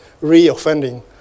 re-offending